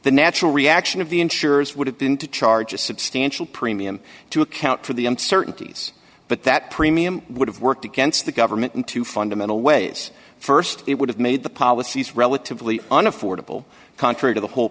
the natural reaction of the insurers would have been to charge a substantial premium to account for the uncertainties but that premium would have worked against the government in two fundamental ways st it would have made the policies relatively on affordable contrary to the whole